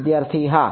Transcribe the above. વિદ્યાર્થી હા